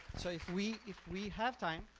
so if we if we have time.